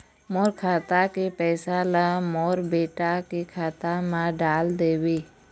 मोर खाता के पैसा ला मोर बेटा के खाता मा डाल देव?